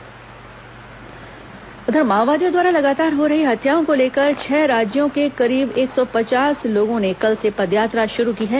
पदयात्रा माओवादियों द्वारा लगातार हो रही हत्याओं को लेकर छह राज्यों के करीब एक सौ पचास लोगों ने कल से पदयात्रा शुरू की है